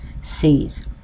sees